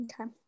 Okay